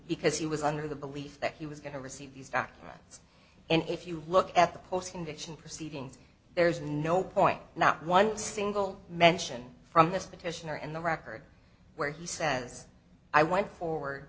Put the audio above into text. because he was under the belief that he was going to receive these facts and if you look at the postcondition proceedings there's no point not one single mention from this petition or in the record where he says i went forward